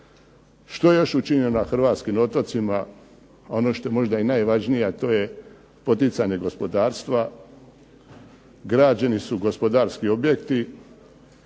Što je još učinjeno na hrvatskim otocima, ono što je možda i najvažnije, a to je poticanje gospodarstva, građeni su gospodarski objekti